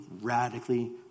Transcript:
radically